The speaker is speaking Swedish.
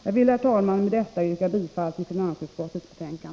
Jag vill, herr talman, med detta yrka bifall till finansutskottets hemställan.